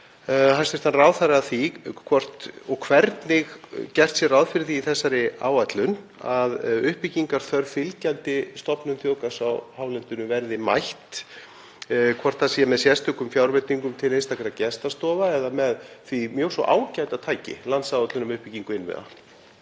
hæstv. ráðherra að því hvort og hvernig gert sé ráð fyrir því í þessari áætlun að uppbyggingarþörf fylgjandi stofnun þjóðgarðs á hálendinu verði mætt, hvort það sé með sérstökum fjárveitingum til einstakra gestastofa eða með því mjög svo ágæta tæki, landsáætlun um uppbyggingu innviða.